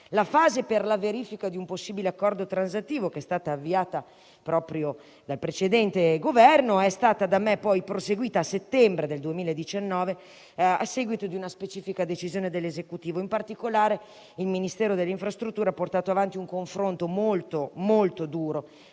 La fase per la verifica di un possibile accordo transattivo, che è stata avviata proprio dal precedente Governo, è stata da me poi proseguita a settembre 2019, a seguito di una specifica decisione dell'Esecutivo. In particolare, il Ministero delle infrastrutture e dei trasporti (MIT) ha portato avanti un confronto molto duro